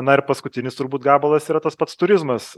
na ir paskutinis turbūt gabalas yra tas pats turizmas